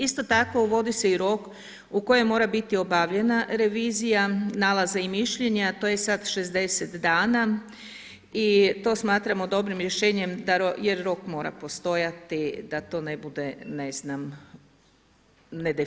Isto tako, uvodi se rok u kojem mora biti obavljena revizija, nalazi i mišljenja, to je sada 60 dana i to smatramo dobrim rješenjem jer rok mora postojati da to ne bude nedefinirano.